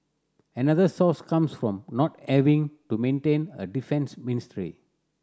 another source comes from not having to maintain a defence ministry